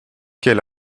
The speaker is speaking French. quel